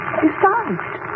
decide